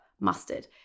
mustard